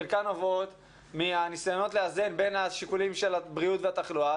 חלקן עוברות מהניסיונות לאזן בין השיקולים של הבריאות והתחלואה,